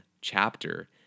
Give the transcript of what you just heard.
chapter